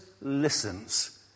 listens